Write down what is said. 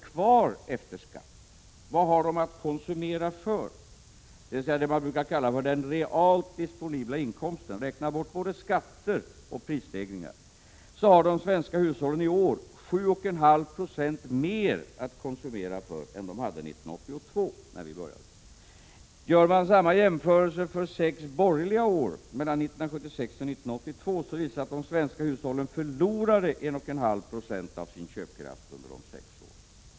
Poängen är: Vad har hushållen kvar, efter både skatter och prisstegringar, att konsumera för i form av s.k. realt disponibel inkomst? De svenska hushållen har i år 7 1 2 6 av sin köpkraft under dessa år.